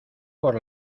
por